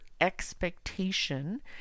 expectation